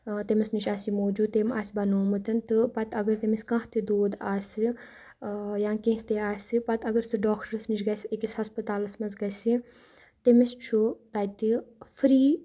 تٔمِس نِش آسہِ یہِ موٗجوٗد تٔمۍ آسہِ بَنومُت تہٕ پَتہٕ اگر تٔمِس کانٛہہ تہِ دود آسہِ یا کینٛہہ تہِ آسہِ پَتہٕ اگر سُہ ڈاکٹرَس نِش گژھِ أکِس ہَسپَتالَس منٛز گَژھِ تٔمِس چھُ تَتہِ فِرٛی